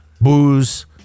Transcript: Booze